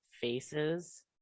faces